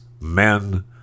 men